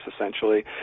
essentially